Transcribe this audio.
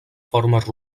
formes